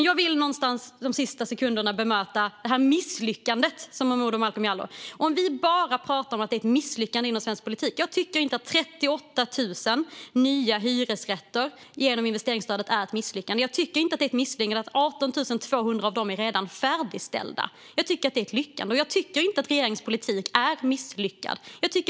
Jag vill till sist bemöta det Momodou Malcolm Jallow sa om ett misslyckande. Jag tycker inte att 38 000 nya hyresrätter genom investeringsstödet är ett misslyckande. Jag tycker inte att det är ett misslyckande att 18 200 av dessa redan är färdigställda. Jag tycker att det är en framgång. Jag tycker inte att regeringens politik är misslyckad.